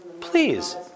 Please